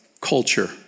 culture